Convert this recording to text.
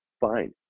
Fine